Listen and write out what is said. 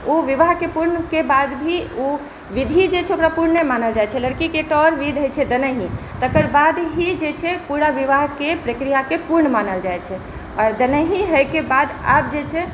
ओ विवाहके पूर्णके बाद भी ओ बिध जे छै ओकरा पूर्ण नहि मानल जाइ छै लड़कीके एकटा आओर बिध होइ छै दनहि तकर बाद ही जे छै पूरा विवाहके प्रक्रिआके पूर्ण मानल जाइ छै आओर दनहि होइके बाद आब जे छै